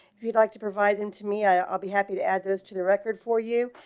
if you'd like to provide them to me i'll be happy to add those to the record for you,